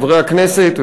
חברי הכנסת,